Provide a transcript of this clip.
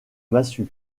massue